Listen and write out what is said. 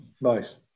nice